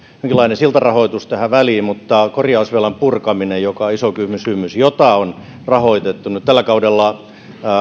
jonkinlaisen siltarahoituksen tähän väliin mutta korjausvelan purkaminen on iso kysymys kysymys jota on rahoitettu nyt tällä kaudella